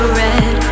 red